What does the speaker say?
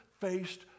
faced